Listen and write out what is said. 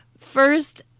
first